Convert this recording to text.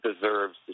deserves